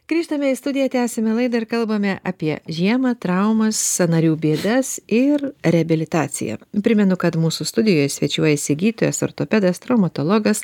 grįžtame į studiją tęsiame laidą ir kalbame apie žiemą traumas sąnarių bėdas ir reabilitaciją primenu kad mūsų studijoj svečiuojasi gydytojas ortopedas traumatologas